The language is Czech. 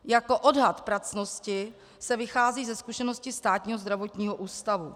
Jako odhad pracnosti se vychází ze zkušenosti Státního zdravotního ústavu.